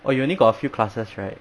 oh you only got a few classes right